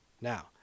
Now